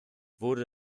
wurde